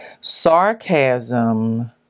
Sarcasm